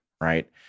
right